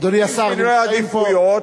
עם סדרי עדיפויות,